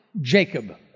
Jacob